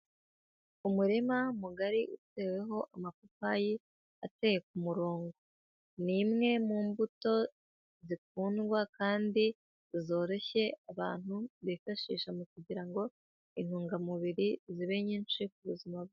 Umurima mugari uteweho amapapayi ateye ku murongo, ni imwe mu mbuto zikundwa kandi zoroshye abantu bifashisha mu kugira ngo intungamubiri zibe nyinshi ku buzima bwe.